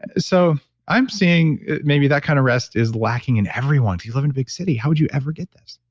so, i'm saying maybe that kind of rest is lacking in everyone. you live in big city, how would you ever get this?